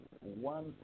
one